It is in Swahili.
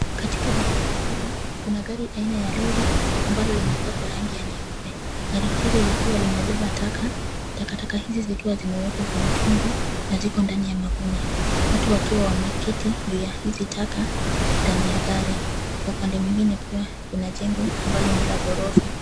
Katika barabara hili kuna gari aina ya lori ambalo limepakwa rangi ya nyeupe. Gari hili likiwa limebeba taka. Takataka hizi zikiwa zimewekwa kwenye fungu na ziko ndani ya magunia. Watu wakiwa wameketi juu ya hizi taka ndani ya gari. Kwa upande mwingine pia kuna jengo ambalo ni la ghorofa.